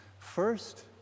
First